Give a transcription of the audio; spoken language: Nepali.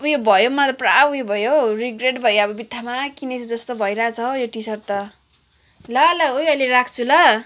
उयो भयो मलाई पुरा उयो भयो हौ रिगरेट भयो अब बित्थामा किनेछु जस्तो भइरहेको छ यो टिसर्ट त ल ल ओई अहिले राख्छु ल